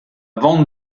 vente